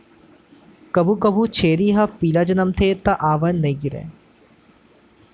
कभू कभू छेरी ह पिला जनमथे त आंवर नइ गिरय